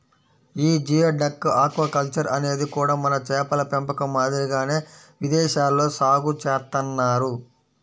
యీ geoduck aquaculture అనేది కూడా మన చేపల పెంపకం మాదిరిగానే విదేశాల్లో సాగు చేత్తన్నారు